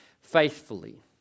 faithfully